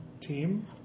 Team